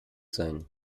sein